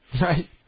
Right